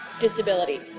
disability